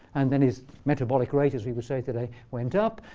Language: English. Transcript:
and then his metabolic rate, as we would say today, went up.